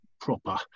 proper